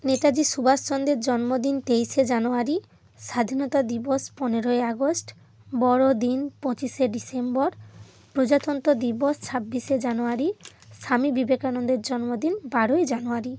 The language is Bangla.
নেতাজি সুভাষচন্দ্রের জন্মদিন তেইশে জানুয়ারি স্বাধীনতা দিবস পনেরোই আগস্ট বড়দিন পঁচিশে ডিসেম্বর প্রজাতন্ত্র দিবস ছাব্বিশে জানুয়ারি স্বামী বিবেকানন্দের জন্মদিন বারোই জানুয়ারি